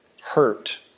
hurt